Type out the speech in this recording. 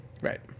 Right